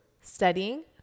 studying